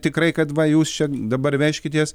tikrai kad va jūs čia dabar vežkitės